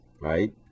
right